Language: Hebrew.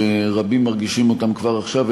שרבים מרגישים כבר עכשיו,